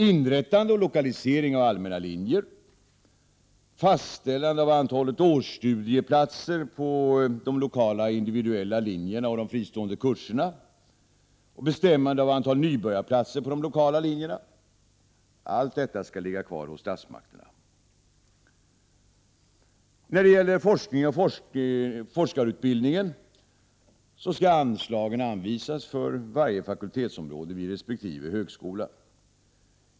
Inrättande och lokalisering av allmänna linjer, fastställande av antalet årsstudieplatser på de 15 lokala och individuella linjerna och de fristående kurserna samt bestämmande av antalet nybörjarplatser på de lokala linjerna — allt detta skall ligga kvar hos statsmakterna. När det gäller forskning och forskarutbildning skall anslagen anvisas för varje fakultetsområde vid resp. högskola.